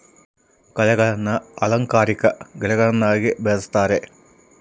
ಕಳೆಗಳನ್ನ ಅಲಂಕಾರಿಕ ಗಿಡಗಳನ್ನಾಗಿ ಬೆಳಿಸ್ತರೆ